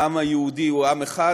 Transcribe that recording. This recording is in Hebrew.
העם היהודי הוא עם אחד